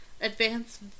advanced